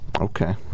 Okay